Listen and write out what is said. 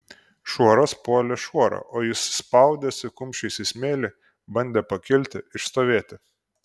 šuoras puolė šuorą o jis spaudėsi kumščiais į smėlį bandė pakilti išstovėti